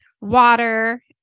water